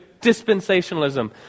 dispensationalism